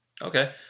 Okay